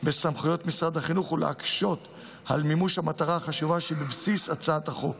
בסמכויות משרד החינוך ולהקשות על מימוש המטרה החשובה שבבסיס הצעת החוק.